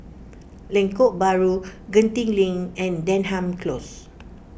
Lengkok Bahru Genting Link and Denham Close